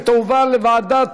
ותועבר לוועדת